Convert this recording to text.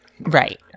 right